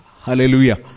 Hallelujah